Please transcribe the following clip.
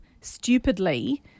stupidly